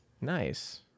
Nice